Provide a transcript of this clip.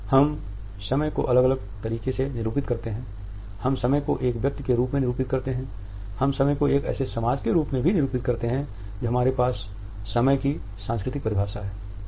हम समय को अलग अलग तरीके से निरुपित करते हैं हम समय को एक व्यक्ति के रूप में निरुपित करते हैं हम समय को एक ऐसे समाज के रूप में निरुपित करते हैं जो हमारे पास समय की सांस्कृतिक परिभाषा है